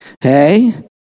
Hey